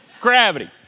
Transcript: gravity